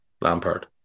Lampard